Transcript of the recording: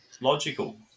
logical